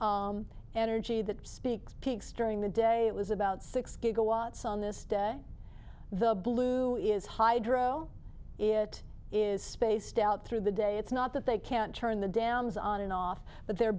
energy that speaks peaks during the day it was about six gigawatts on this day the blue is hydro it is spaced out through the day it's not that they can't turn the dams on and off but they're